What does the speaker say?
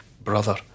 brother